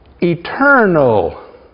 eternal